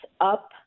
up